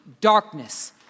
darkness